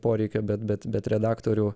poreikio bet bet bet redaktorių